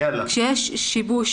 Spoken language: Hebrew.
כשיש שיבוש